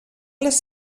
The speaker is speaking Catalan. les